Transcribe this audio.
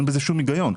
אין בזה שום הגיון.